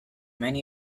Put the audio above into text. many